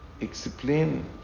explain